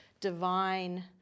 divine